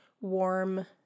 warm